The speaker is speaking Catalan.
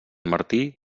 martí